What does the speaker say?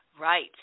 Right